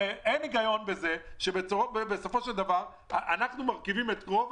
הרי אין היגיון בזה שאנחנו מרכיבים את רוב